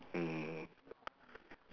mm